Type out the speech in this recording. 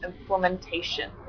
implementation